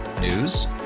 News